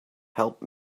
help